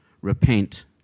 repent